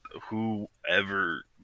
whoever